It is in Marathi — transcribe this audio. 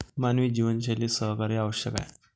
मानवी जीवनशैलीत सहकार्य आवश्यक आहे